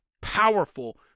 powerful